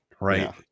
right